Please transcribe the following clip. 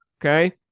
okay